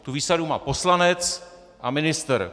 Tu výsadu má poslanec a ministr.